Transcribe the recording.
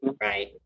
Right